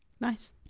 Nice